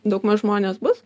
daugmaž žmonės bus